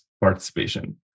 participation